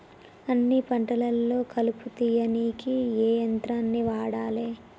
అన్ని పంటలలో కలుపు తీయనీకి ఏ యంత్రాన్ని వాడాలే?